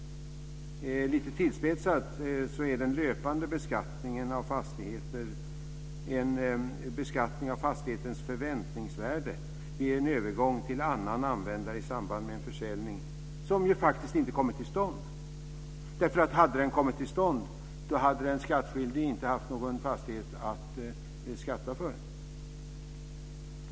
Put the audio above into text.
Lite tillspetsat kan man säga att den löpande beskattningen av fastigheter är en beskattning av fastighetens förväntningsvärde vid övergång till annan användare i samband med en försäljning, som faktiskt inte kommit till stånd. Om den hade kommit till stånd hade den skattskyldige inte haft någon fastighet att skatta för.